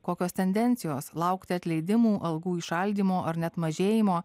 kokios tendencijos laukti atleidimų algų įšaldymų ar net mažėjimo